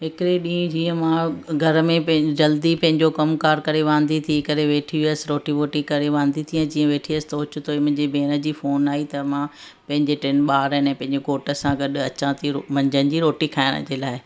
हिकिड़े ॾींहुं जीअं मां घर में पंहिंजे जल्दी पंहिंजो कमकारु करे वांदी थी करे वेठी हुयसि रोटी वोटी करे वांदी थी जीअं वेठी हुयसि तो ओचितो ई मुंहिंजे भेण जी फ़ोन आई त मां पंहिंजे टिनि ॿार ऐं पंहिंजे घोटु सां गॾु अचा थी मंझंदि जी रोटी खाइण जे लाइ